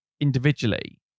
individually